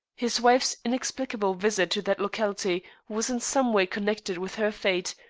his wife's inexplicable visit to that locality was in some way connected with her fate,